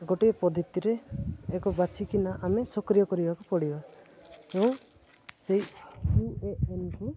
ଗୋଟିଏ ପଦ୍ଧତିରେ ଏକ ବାଛିିକିନା ଆମେ ସକ୍ରିୟ କରିବାକୁ ପଡ଼ିବ ଏବଂ ସେଇ ୟୁଏଏନ୍କୁ